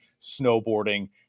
snowboarding